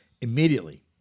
Immediately